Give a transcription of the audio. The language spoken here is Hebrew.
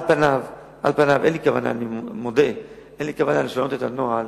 על פניו, אני מודה, אין לי כוונה לשנות את הנוהל